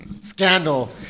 scandal